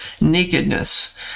nakedness